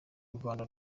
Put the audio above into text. rwanda